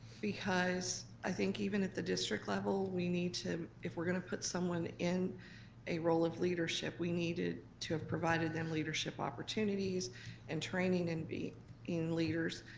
because i think even at the district level we need to, if we're gonna put someone in a role of leadership, we needed to have provided them leadership opportunities and training and in leaders,